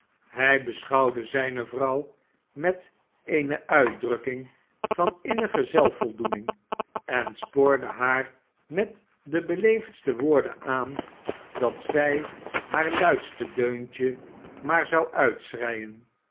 hij beschouwde zijne vrouw met eene uitdrukking van innige zelfvoldoening en spoorde haar met de beleefdste woorden aan dat zij haar luidste deuntje maar zou uitschreien